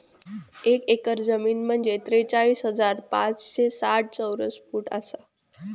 एक एकर जमीन म्हंजे त्रेचाळीस हजार पाचशे साठ चौरस फूट आसा